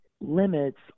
limits